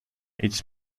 its